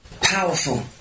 powerful